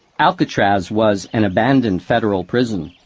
alcatraz was an abandoned federal prison,